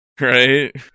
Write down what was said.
right